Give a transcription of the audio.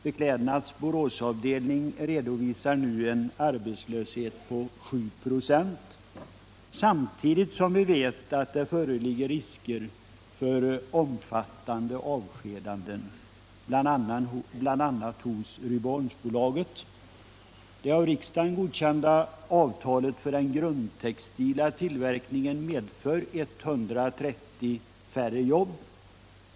Beklädnads Boråsavdelning redovisar nu en arbetslöshet på 7 96. Samtidigt vet vi att det föreligger risker för omfattande avskedanden, bl.a. hos Rydboholmsbolaget. Det av riksdagen godkända avtalet för den grundtextila tillverkningen medför 130 färre jobb.